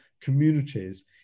communities